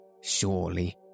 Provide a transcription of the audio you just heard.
Surely